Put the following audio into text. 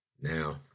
now